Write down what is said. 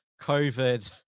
COVID